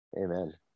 Amen